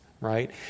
right